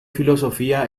filosofía